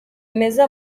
meza